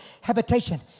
habitation